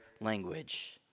language